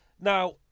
now